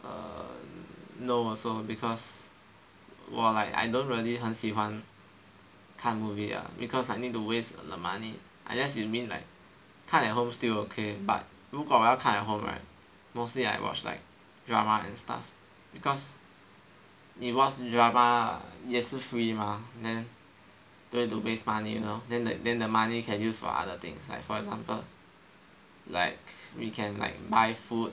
err no also because well I I don't really 很喜欢看 movie ah because like need to waste the money unless you mean like 看 at home still okay but 如果我要看 at home right mostly I watch like drama and stuff because 你 watch drama 也是 free mah then don't need to waste money you know then like then the money you can use for other things like for example like we can like buy food